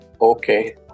Okay